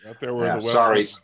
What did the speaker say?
Sorry